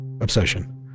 obsession